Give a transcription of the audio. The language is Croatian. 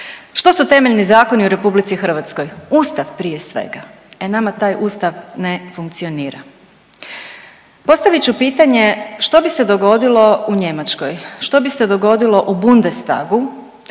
Što su temeljni zakoni u Republici Hrvatskoj? Ustav prije svega. E nama taj Ustav ne funkcionira. Postavit ću pitanje što bi se dogodilo u Njemačkoj? Što bi se dogodilo u Bundestagu